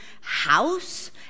house